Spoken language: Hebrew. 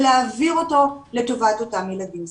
ולהעביר אותו לטובת אותם ילדים זכאים.